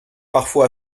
parfois